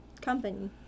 company